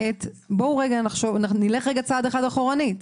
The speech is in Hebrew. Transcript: נלך רגע צעד אחד אחורנית,